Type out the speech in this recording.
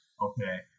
Okay